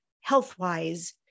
health-wise